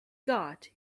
got